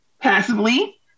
passively